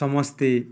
ସମସ୍ତେ